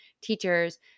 teachers